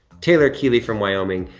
taylor keeley from wyoming,